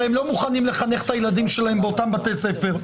הרי הם לא מוכנים לחנך את הילדים שלהם באותם בתי ספר.